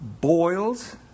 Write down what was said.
Boils